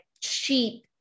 cheap